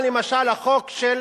למשל, היה החוק של